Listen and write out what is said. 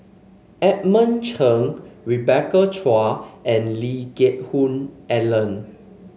Edmund Cheng Rebecca Chua and Lee Geck Hoon Ellen